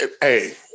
Hey